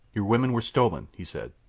your women were stolen, he said.